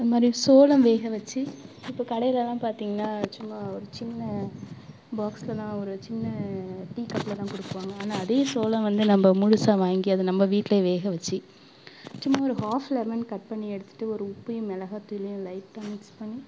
அதுமாதிரி சோளம் வேக வச்சு இப்போ கடையில்லாம் பார்த்திங்கனா சும்மா ஒரு சின்ன பாக்ஸில்தான் ஒரு சின்ன டீ கப்பில்தான் கொடுப்பாங்க ஆனால் அதையும் சோளம் வந்து நம்ப முழுசாக வாங்கி அதை நம்ப வீட்ல வேக வச்சு சும்மா ஒரு ஹாஃப் லெமன் கட் பண்ணி எடுத்துகிட்டு ஒரு உப்பையும் மிளகாத்தூளையும் லைட்டாக மிக்ஸ் பண்ணி